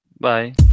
Bye